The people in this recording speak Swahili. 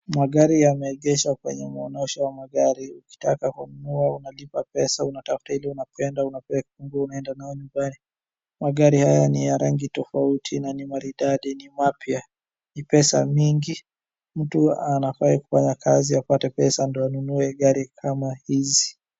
Magari yameegeshwa kwenye maonyesho ya magari. Ukitaka kununua unalipa pesa unatafuta ile unapenda unapewa kifunguo unaenda nayo nyumbani. Magari haya ni ya rangi tofauti na ni maridadi ni mapya. Ni pesa mingi mtu anafai kufanya kazi apate pesa ndiyo anunue gari kama hizi,